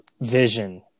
vision